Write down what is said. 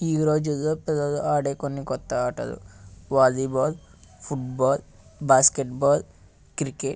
ఈ రోజులలో పిల్లలు ఆడే కొన్ని కొత్త ఆటలు వాలీబాల్ ఫుట్బాల్ బాస్కెట్బాల్ క్రికెట్